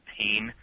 pain